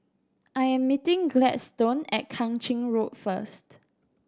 I am meeting Gladstone at Kang Ching Road first